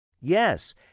Yes